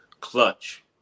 Clutch